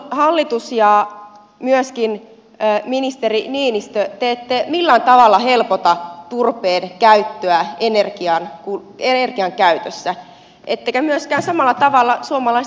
hallitus ja myöskin ministeri niinistö te ette millään tavalla helpota turpeen käyttöä energian käytössä ettekä myöskään samalla tavalla suomalaista työtä